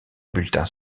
bulletin